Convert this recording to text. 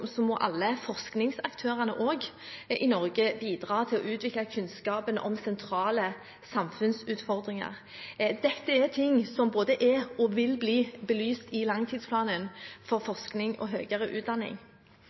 må også alle forskningsaktører i Norge bidra til å utvikle kunnskapen om sentrale samfunnsutfordringer. Dette er ting som både er og vil bli belyst i langtidsplanen for forskning og høyere utdanning.